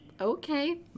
Okay